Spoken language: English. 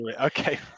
Okay